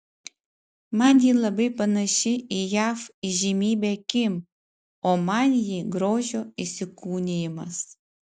man ji labai panaši į jav įžymybę kim o man ji grožio įsikūnijimas